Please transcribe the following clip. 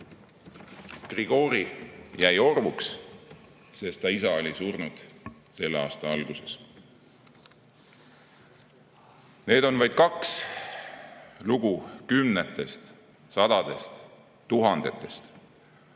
Grigori jäi orvuks, sest ta isa oli surnud selle aasta alguses. Need on vaid kaks lugu kümnetest, sadadest, tuhandetest.